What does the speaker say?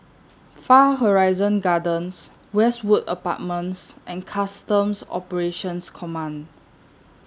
Far Horizon Gardens Westwood Apartments and Customs Operations Command